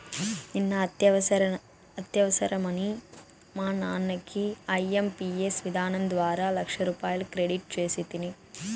నిన్న అత్యవసరమని మా నాన్నకి ఐఎంపియస్ విధానం ద్వారా లచ్చరూపాయలు క్రెడిట్ సేస్తిని